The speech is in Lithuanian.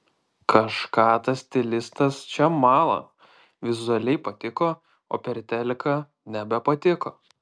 kažką tas stilistas čia mala vizualiai patiko o per teliką nebepatiko